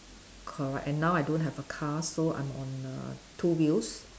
correct and now I don't have a car so I'm on err two wheels